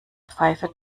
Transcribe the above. pfeife